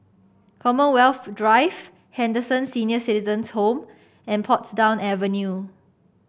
Commonwealth Drive Henderson Senior Citizens' Home and Portsdown Avenue